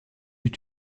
eut